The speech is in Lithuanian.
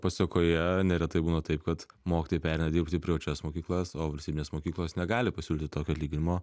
pasekoje neretai būna taip kad mokytojai pereina dirbti į privačias mokyklas o valstybinės mokyklos negali pasiūlyti tokio atlyginimo